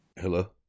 Hello